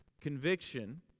Conviction